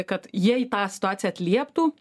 kad jie į tą situaciją atlieptų